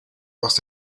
must